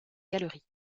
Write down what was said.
galeries